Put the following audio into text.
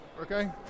Okay